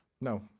No